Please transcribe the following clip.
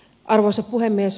arvoisa puhemies